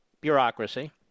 bureaucracy